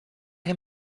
him